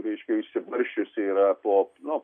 reiškia išsibarsčiusi yra po nu